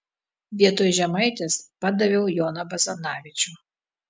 vietoj žemaitės padaviau joną basanavičių